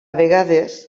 vegades